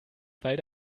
weil